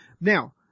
Now